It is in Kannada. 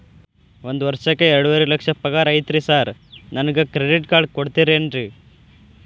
ಒಂದ್ ವರ್ಷಕ್ಕ ಎರಡುವರಿ ಲಕ್ಷ ಪಗಾರ ಐತ್ರಿ ಸಾರ್ ನನ್ಗ ಕ್ರೆಡಿಟ್ ಕಾರ್ಡ್ ಕೊಡ್ತೇರೆನ್ರಿ?